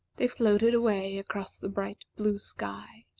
they floated away across the bright blue sky.